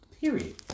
Period